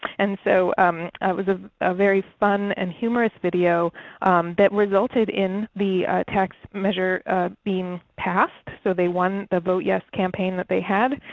and so it was a ah very fun and humorous video that resulted in the tax measure being passed, so they won the vote yes campaign that they had.